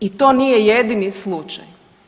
I to nije jedini slučaj.